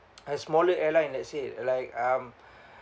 a smaller airline let's say like um